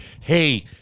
hey